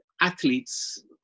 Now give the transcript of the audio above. athletes